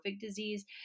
disease